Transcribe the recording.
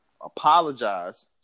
apologize